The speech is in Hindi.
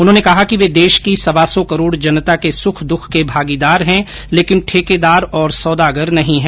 उन्होंने कहा कि वे देश की सवा सौ करोड जनता के सुख दुख के भागीदार है लेकिन ठेकेदार और सौदागर नहीं है